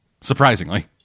Surprisingly